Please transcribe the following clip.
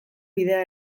bidea